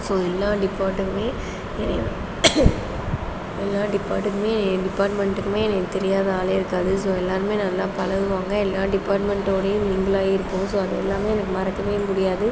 so எல்லா டிபார்ட்டுமே என்னைய எல்லா டிபார்ட்டுக்குமே டிபார்ட்மெண்ட்டுக்குமே என்னைய தெரியாத ஆளே இருக்காது ஸோ எல்லோருமே நல்லா பழகுவாங்க எல்லா டிபார்ட்மெண்ட்டோடையும் மிங்கிளாகி இருப்போம் ஸோ அது எல்லாமே எனக்கு மறக்கவே முடியாது